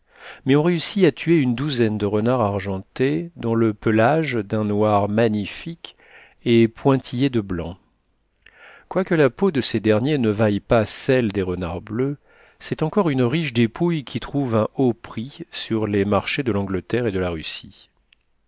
mais on réussit à tuer une douzaine de renards argentés dont le pelage d'un noir magnifique est pointillé de blanc quoique la peau de ces derniers ne vaille pas celle des renards bleus c'est encore une riche dépouille qui trouve un haut prix sur les marchés de l'angleterre et de la russie